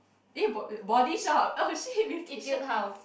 eh Bo~ Body Shop oh shit Beauty Shop